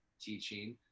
teaching